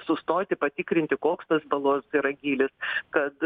sustoti patikrinti koks tos balos yra gylis kad